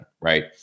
right